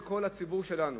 של כל הציבור שלנו.